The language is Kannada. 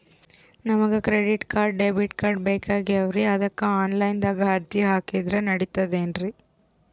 ನಮಗ ಕ್ರೆಡಿಟಕಾರ್ಡ, ಡೆಬಿಟಕಾರ್ಡ್ ಬೇಕಾಗ್ಯಾವ್ರೀ ಅದಕ್ಕ ಆನಲೈನದಾಗ ಅರ್ಜಿ ಹಾಕಿದ್ರ ನಡಿತದೇನ್ರಿ?